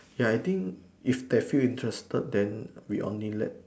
ya I think if they feel interested then we only let